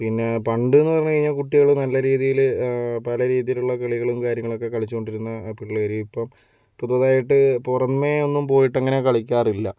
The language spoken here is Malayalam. പിന്നെ പണ്ട് എന്നു പറഞ്ഞ് കഴിഞ്ഞാൽ കുട്ടികൾ നല്ല രീതിയിൽ പല രീതിയിലുള്ള കളികളും കാര്യങ്ങളൊക്കെ കളിച്ചുകൊണ്ടിരുന്നു പിള്ളേര് ഇപ്പോൾ പുതുതായിട്ട് പുറമേ ഒന്നും പോയിട്ട് അങ്ങനെ കളിക്കാറില്ല